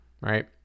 right